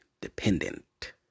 dependent